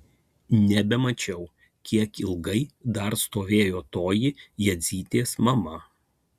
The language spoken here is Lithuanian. nebemačiau kiek ilgai dar stovėjo toji jadzytės mama